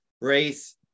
race